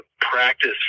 practice